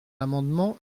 l’amendement